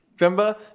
Remember